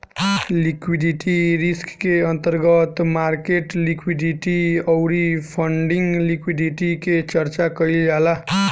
liquidity risk के अंतर्गत market liquidity अउरी फंडिंग लिक्विडिटी के चर्चा कईल जाला